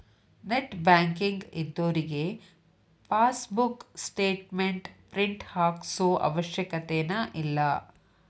net banking ಇದ್ದೋರಿಗೆ passbook statement print ಹಾಕ್ಸೋ ಅವಶ್ಯಕತೆನ ಇಲ್ಲಾ